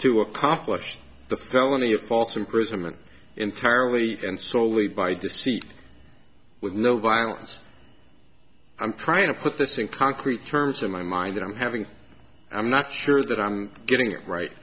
to accomplish the felony of false imprisonment entirely and solely by deceit with no violence i'm trying to put this in concrete terms in my mind that i'm having i'm not sure that i'm getting it right